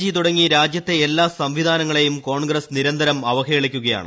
G തുടങ്ങി രാജ്യത്തെ എല്ലാ സംവിധാനങ്ങളെയും കോൺഗ്രസ്സ് നിരന്തരം അവഹേളിക്കുകയാണ്